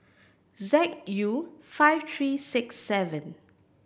Z U five three six seven